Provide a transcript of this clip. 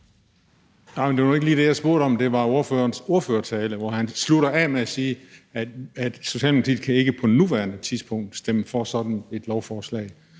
Det var nu ikke lige det, jeg spurgte om. Jeg spurgte til ordførerens ordførertale, hvor han sluttede af med at sige, at Socialdemokratiet ikke på nuværende tidspunkt kan stemme for sådan et lovforslag.